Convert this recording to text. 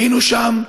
היינו שם,